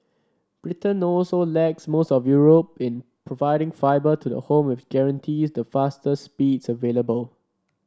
Britain also lags most of Europe in providing fibre to the home which guarantees the fastest speeds available